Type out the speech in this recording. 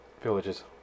villages